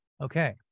okay